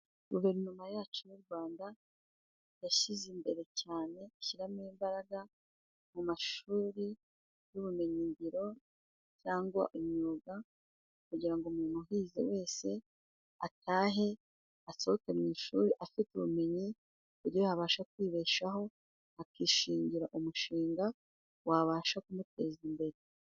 Guverinoma yacu y'u Rwanda yashyize imbere cyane ishyiramo imbaraga mu mashuri y'ubumenyingiro cyangwa imyuga, kugira ngo umuntu uhize wese atahe asohoke mu ishuri afite ubumenyi ku buryo yabasha kwibeshaho, akishingira umushinga wabasha kumuteza imbere.